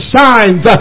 signs